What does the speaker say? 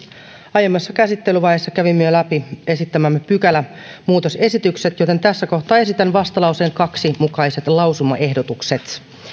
aiemmassa käsittelyvaiheessa kävimme jo läpi esittämämme pykälämuutosesitykset joten tässä kohtaa esitän vastalauseen kaksi mukaiset lausumaehdotukset